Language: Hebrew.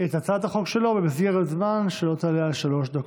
את הצעת החוק שלו במסגרת זמן שלא תעלה על שלוש דקות.